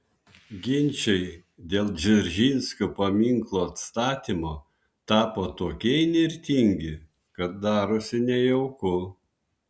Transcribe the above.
ginčai dėl dzeržinskio paminklo atstatymo tapo tokie įnirtingi kad darosi nejauku